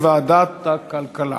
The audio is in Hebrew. לוועדת הכלכלה.